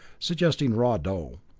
suggesting raw dough.